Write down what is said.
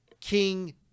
King